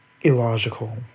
illogical